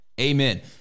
Amen